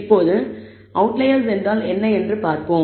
இப்போது அவுட்லயர்ஸ் என்றால் என்ன என்று பார்ப்போம்